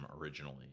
originally